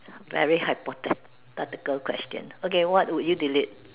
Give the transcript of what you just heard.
very hypothetical question okay what would you delete